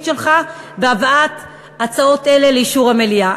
שלך בהבאת הצעות אלה לאישור המליאה.